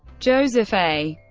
joseph a.